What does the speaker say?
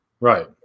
Right